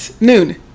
noon